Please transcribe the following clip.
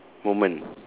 moment